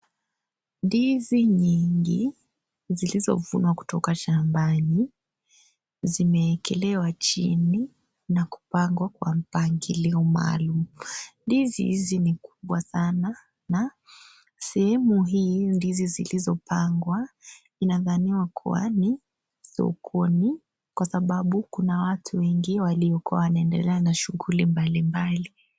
Ndizi nyingi zilizovunwa kutoka shambani zimeekelewa chini na kupangwa kwa mpangilio maalum. Ndizi hizi ni kubwa sana na sehemu hii ndizi zilizopangwa inadhaniwa kuwa ni sokoni kwa sababu kuna watu wengi waliokuwa wanaendelea na shughuli mbali mbali.